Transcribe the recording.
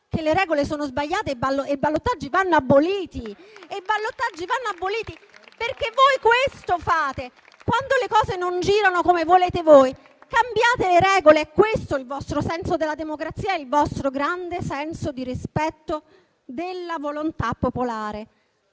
che le regole sono sbagliate e i ballottaggi vanno aboliti. Voi questo fate: quando le cose non girano come volete voi, cambiate le regole. Sono questi il vostro senso della democrazia e il vostro grande senso di rispetto della volontà popolare.